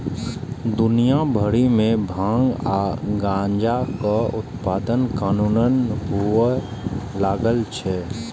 दुनिया भरि मे भांग आ गांजाक उत्पादन कानूनन हुअय लागल छै